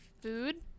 food